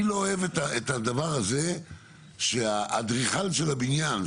אני לא אוהב את הדבר הזה שהאדריכל של הבניין,